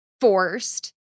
forced